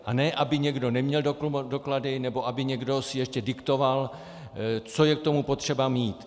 A ne aby někdo neměl doklady, nebo aby někdo si ještě diktoval, co je k tomu potřeba mít.